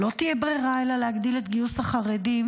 "לא תהיה ברירה, אלא להגדיל את גיוס החרדים.